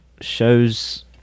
shows